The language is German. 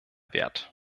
wert